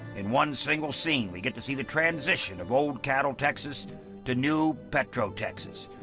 in one single scene we get to see the transition of old cattle texas to new petro-texas.